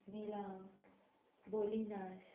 मेलाम भोलिनास